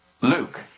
Luke